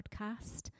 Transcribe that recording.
podcast